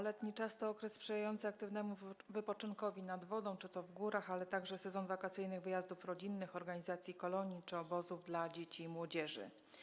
Letni czas to okres sprzyjający aktywnemu wypoczynkowi nad wodą czy w górach, ale to także sezon wakacyjnych wyjazdów rodzinnych, organizacji kolonii czy obozów dla dzieci i młodzieży.